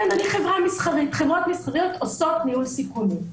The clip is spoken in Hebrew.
חברות מסחריות עושות ניהול סיכונים,